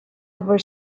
ever